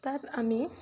তাত আমি